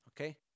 Okay